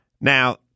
Now